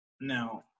Now